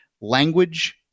language